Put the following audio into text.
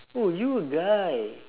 oh you're a guy